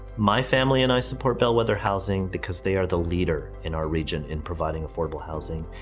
my family and i support bellwether housing because they are the leader in our region in providing affordable housing,